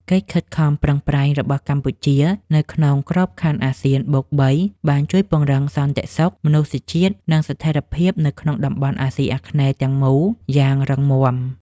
កិច្ចខិតខំប្រឹងប្រែងរបស់កម្ពុជានៅក្នុងក្របខ័ណ្ឌអាស៊ានបូកបី បានជួយពង្រឹងសន្តិសុខមនុស្សជាតិ និងស្ថិរភាពនៅក្នុងតំបន់អាស៊ីអាគ្នេយ៍ទាំងមូលយ៉ាងរឹងមាំ។